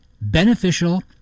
beneficial